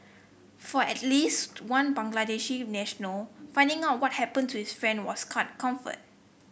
for at least one Bangladeshi national finding out what happened to his friend was scant comfort